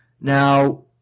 Now